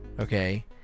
okay